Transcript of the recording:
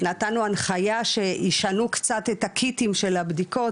נתנו הנחייה שישנו קצת את הקיטים של הבדיקות